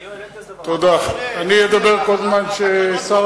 לא, אל תסכים לדבר בלי שר.